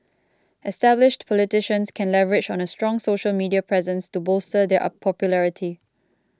established politicians can leverage on a strong social media presence to bolster their popularity